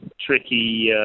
tricky